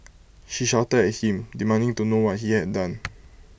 she shouted at him demanding to know what he had done